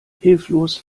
hilflos